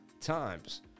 times